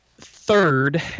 Third